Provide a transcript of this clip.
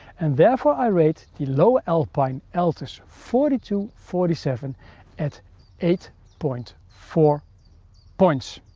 and therefore, i rate the lowe alpine altus forty two forty seven at eight point four points.